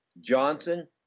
Johnson